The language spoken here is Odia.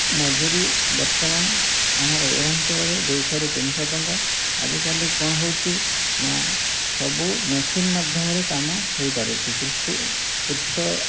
ମଜୁରି ବର୍ତ୍ତମାନ ଆମର ଏ ଅଞ୍ଚଳରେ ଦୁଇଶହରୁ ତିନିଶହ ଟଙ୍କା ଆଜିକାଲି କ'ଣ ହେଉଛି ନା ସବୁ ମେସିନ୍ ମାଧ୍ୟମରେ କାମ ହେଇପାରୁଛି କୃଷି କୃଷ